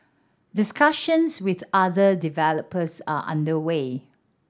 discussions with other developers are under way